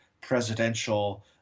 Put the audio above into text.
presidential